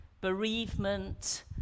bereavement